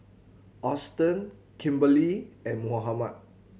Austen Kimberley and Mohammed